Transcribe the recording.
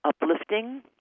uplifting